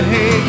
Hey